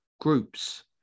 groups